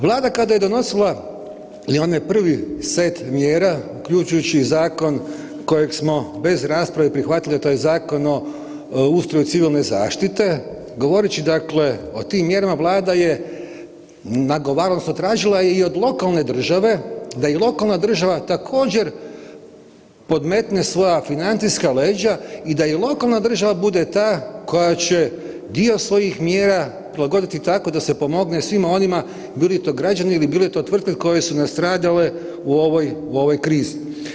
Vlada kada je donosila i onaj prvi set mjera, uključujući i zakon kojeg smo bez rasprave prihvatili, a to je Zakon o ustroju civilne zaštite, govoreći, dakle o tim mjerama, Vlada je nagovarala, odnosno tražila i od lokalne države, da i lokalna država također, podmetne svoja financijska leđa i da i lokalna država bude ta koja će dio svojih mjera prilagoditi tako da se pomogne svima onima, bili to građani ili bile to tvrtke koje su nastradale u ovoj krizi.